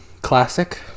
classic